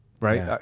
right